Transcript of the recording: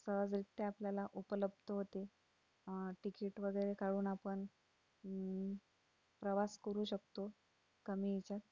सहजरीत्या आपल्याला उपलब्ध होते तिकीट वगैरे काढून आपण प्रवास करू शकतो कमी ह्याच्यात